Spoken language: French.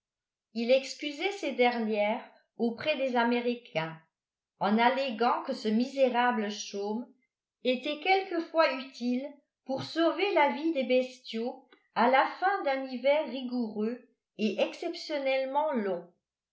il excusait ses dernières auprès des américains en alléguant que ce misérable chaume était quelquefois utile pour sauver la vie des bestiaux à la fin d'un hiver rigoureux et exceptionnellement long